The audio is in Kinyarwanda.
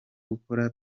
gukora